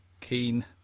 keen